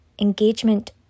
engagement